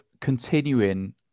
continuing